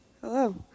hello